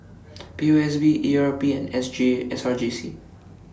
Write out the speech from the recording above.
P O S B E R P S G S R J C